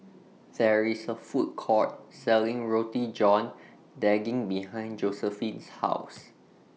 There IS A Food Court Selling Roti John Daging behind Josephine's House